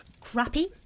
Crappy